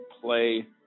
play